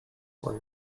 for